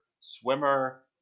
swimmer